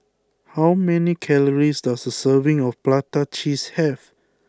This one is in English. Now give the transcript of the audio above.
how many calories does a serving of Prata Cheese have